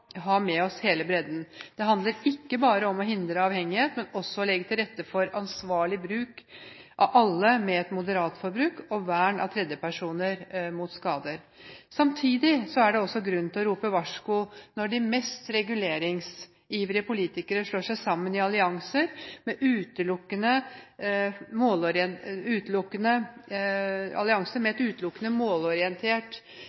ha med oss hele bredden. Det handler ikke bare om å hindre avhengighet, men også om å legge til rette for ansvarlig bruk av alle med et moderat forbruk og vern av tredjepersoner mot skader. Samtidig er det grunn til å rope varsko når de mest reguleringsivrige politikerne slår seg sammen i allianser med et utelukkende